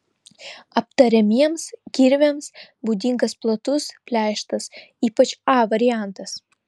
aptariamiems kirviams būdingas platus pleištas ypač a variantas